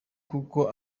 kuko